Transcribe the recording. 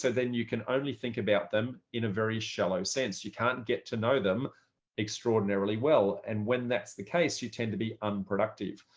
so then you can only think about them in a very shallow sense, you can't get to know them extraordinarily well. and when that's the case, you tend to be unproductive.